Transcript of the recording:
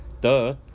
duh